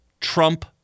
Trump